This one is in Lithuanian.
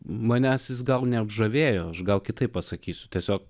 manęs jis gal neapžavėjo aš gal kitaip pasakysiu tiesiog